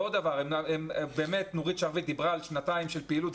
עוד דבר, נורית שרביט דיברה על שנתיים של פעילות.